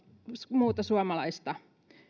muuta suomalaista